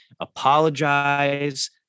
apologize